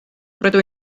rydw